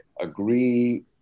agree